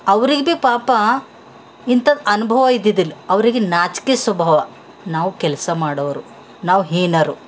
ಅವ್ರಿಗೆ ಬಿ ಪಾಪ ಇಂಥದ್ ಅನುಭವ ಇದ್ದಿದಿಲ್ಲ ಅವ್ರ್ಗೆ ನಾಚಿಕೆ ಸ್ವಭಾವ ನಾವು ಕೆಲಸ ಮಾಡೋವ್ರು ನಾವು ಹೀನರು